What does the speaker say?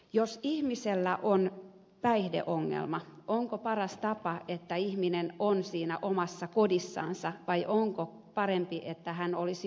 jos ihmisellä on päihdeongelma onko paras tapa että ihminen on siinä omassa kodissansa vai onko parempi että hän olisi hoitolaitoksessa